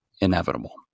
inevitable